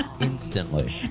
Instantly